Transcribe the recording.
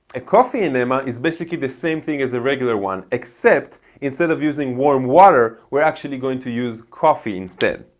a coffee enema is basically the same thing as a regular one except instead of using warm water we're actually going to use coffee instead.